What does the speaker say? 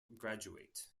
graduate